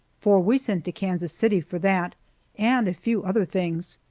for we sent to kansas city for that and a few other things.